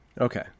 Okay